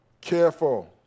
careful